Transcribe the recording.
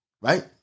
right